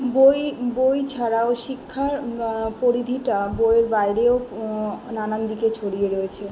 বই বই ছাড়াও শিক্ষার পরিধিটা বইয়ের বাইরেও নানান দিকে ছড়িয়ে রয়েছে